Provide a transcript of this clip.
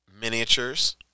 miniatures